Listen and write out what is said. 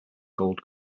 gold